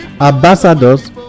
ambassadors